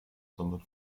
sondern